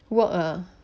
work ah